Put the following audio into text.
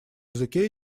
языке